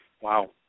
Wow